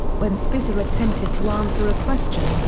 when spitzer attempted to answer a question,